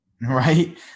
right